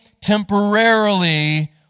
temporarily